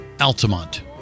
Altamont